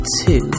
two